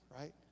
right